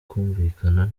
kumvikana